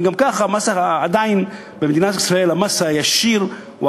גם ככה במדינת ישראל המס הישיר הוא